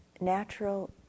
natural